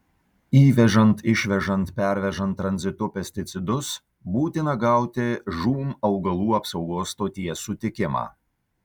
įvežant išvežant pervežant tranzitu pesticidus būtina gauti žūm augalų apsaugos stoties sutikimą